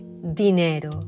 dinero